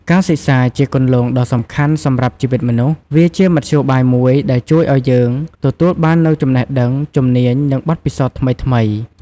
ការសិក្សាជាគន្លងដ៏សំខាន់សម្រាប់ជីវិតមនុស្ស វាជាមធ្យោបាយមួយដែលជួយឲ្យយើងទទួលបាននូវចំណេះដឹង ជំនាញ និងបទពិសោធន៍ថ្មីៗ។